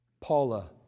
Paula